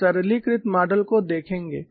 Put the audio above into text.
हम सरलीकृत मॉडल को देखेंगे